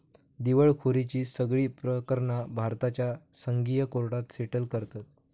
दिवळखोरीची सगळी प्रकरणा भारताच्या संघीय कोर्टात सेटल करतत